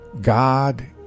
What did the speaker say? God